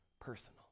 personal